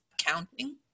accounting